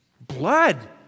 Blood